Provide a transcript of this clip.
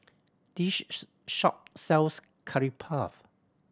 shop sells Curry Puff